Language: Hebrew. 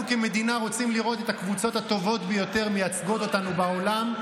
אנחנו כמדינה רוצים לראות את הקבוצות הטובות ביותר מייצגות אותנו בעולם,